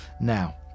now